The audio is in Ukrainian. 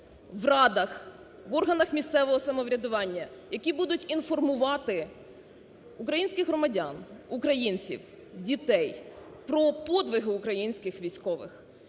в радах, в органах місцевого самоврядування, які будуть інформувати українських громадян, українців, дітей про подвиги українських військових,